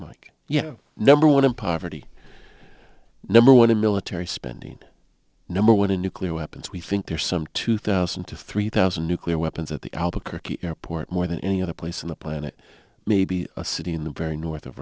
like yeah number one in poverty number one in military spending number one in nuclear weapons we think there's some two thousand to three thousand nuclear weapons at the albuquerque airport more than any other place on the planet maybe a city in the very north of